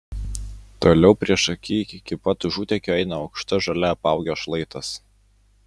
toliau priešaky iki pat užutekio eina aukšta žole apaugęs šlaitas